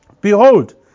Behold